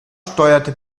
steuerte